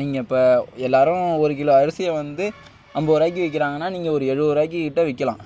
நீங்கள் இப்போ எல்லாேரும் ஒரு கிலோ அரிசியை வந்து ஐம்பது ரூபாய்க்கு விற்கிறாங்கனா ஒரு எழுபது ரூபாய் கிட்டே விற்கலாம்